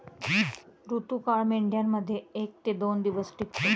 ऋतुकाळ मेंढ्यांमध्ये एक ते दोन दिवस टिकतो